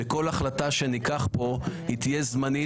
שכל החלטה שניקח כאן היא תהיה זמנית